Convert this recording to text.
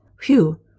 Phew